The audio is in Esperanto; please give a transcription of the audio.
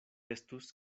estus